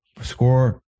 score